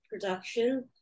production